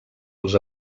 els